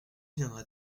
viendra